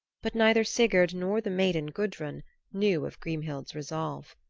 but neither sigurd nor the maiden gudrun knew of grimhild's resolve.